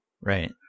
Right